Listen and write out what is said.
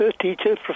teachers